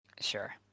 Sure